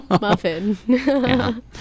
Muffin